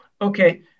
okay